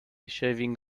shaving